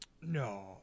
No